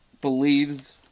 believes